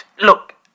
Look